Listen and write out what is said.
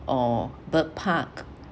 or bird park